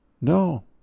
No